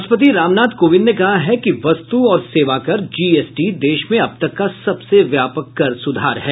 राष्ट्रपति राम नाथ कोविंद ने कहा है कि वस्तु और सेवाकर जीएसटी देश में अब तक का सबसे व्यापक कर सुधार है